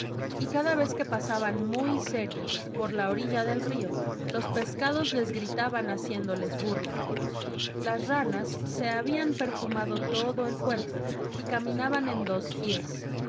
y cada vez que pasaban muy serios por la orilla del río los peces les gritaban haciéndoles burla las ranas se habían perfumado todo el cuerpo y caminaban en dos pies